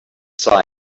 size